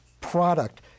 product